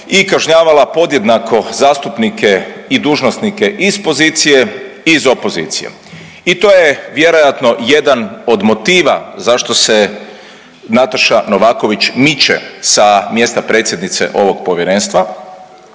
i kažnjavala podjednako i zastupnike i dužnosnike iz pozicije i iz opozicije. I to je vjerojatno jedan od motiva zašto se Nataša Novaković miče sa mjesta predsjednice ovog povjerenstva.